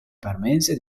parmense